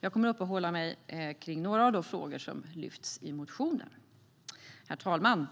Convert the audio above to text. Jag kommer att uppehålla mig vid några av de frågor som lyfts fram i motionerna. Herr talman!